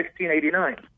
1689